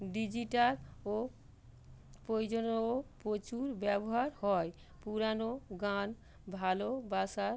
digital ও প্রচুর ব্যবহার হয় পুরানো গান ভালোবাসার